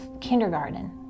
kindergarten